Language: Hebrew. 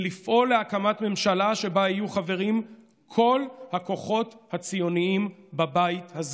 ולפעול להקמת ממשלה שבה יהיו חברים כל הכוחות הציוניים בבית הזה.